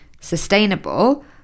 sustainable